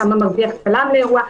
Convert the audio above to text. כמה מרוויח צלם לאירוע.